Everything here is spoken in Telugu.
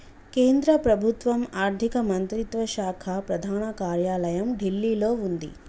కేంద్ర ప్రభుత్వం ఆర్ధిక మంత్రిత్వ శాఖ ప్రధాన కార్యాలయం ఢిల్లీలో వుంది